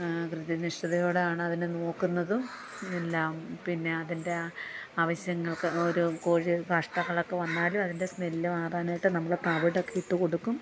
കൃത്യനിഷ്ഠയോടെ ആണ് അതിനെ നോക്കുന്നതും എല്ലാം പിന്നെ അതിൻ്റെ ആവശ്യങ്ങൾക്ക് ഒരു കോഴി കാഷ്ടങ്ങളൊക്കെ വന്നാലും അതിൻ്റെ സ്മെല്ല് മാറാനായിട്ട് നമ്മൾ തവിടൊക്കെ ഇട്ടുകൊടുക്കും